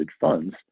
funds